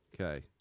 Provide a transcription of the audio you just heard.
Okay